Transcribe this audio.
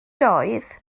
doedd